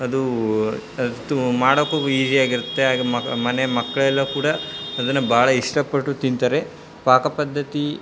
ಅದು ಮಾಡೋಕ್ಕೂ ಈಜಿಯಾಗಿರುತ್ತೆ ಹಾಗೆ ಮಗ ಮನೆ ಮಕ್ಕಳೆಲ್ಲ ಕೂಡ ಅದನ್ನು ಭಾಳ ಇಷ್ಟಪಟ್ಟು ತಿಂತಾರೆ ಪಾಕ ಪದ್ದತಿ